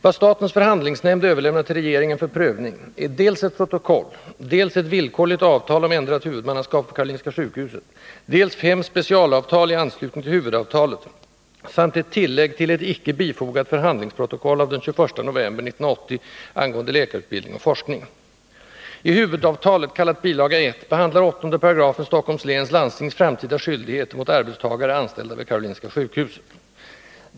Vad statens förhandlingsnämnd överlämnat till regeringen för prövning är dels ett protokoll, dels ett villkorligt avtal om ändrat huvudmannaskap för Karolinska sjukhuset, dels också fem specialavtal i anslutning till huvudavtalet samt ett tillägg till ett icke bifogat förhandlingsprotokoll av den 21 november 1980 angående läkarutbildning och forskning. I huvudavtalet, kallat bil. 1, behandlar 8 § Stockholms läns landstings framtida skyldigheter mot arbetstagare anställda vid Karolinska sjukhuset.